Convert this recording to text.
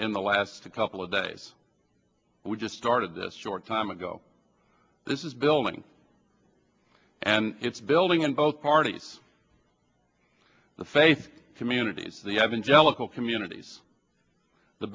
in the last couple of days and we just started this short time ago this is building and it's building in both parties the faith communities the evan jellicoe communities the